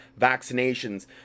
vaccinations